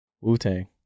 Wu-Tang